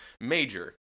major